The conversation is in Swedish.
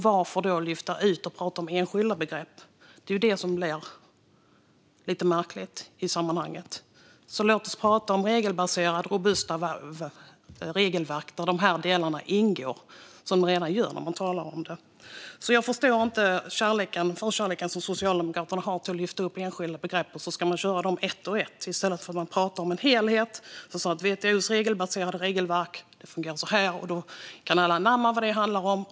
Varför då lyfta ut och prata om enskilda begrepp? Det är ju det som blir lite märkligt i sammanhanget. Låt oss prata om regelbaserade, robusta regelverk där de här delarna ingår, som de redan gör. Jag förstår inte Socialdemokraternas förkärlek för att lyfta upp enskilda begrepp och köra dem ett och ett i stället för att prata om en helhet: WTO:s och OECD:s regelbaserade regelverk fungerar så här, och då kan alla anamma vad det handlar om.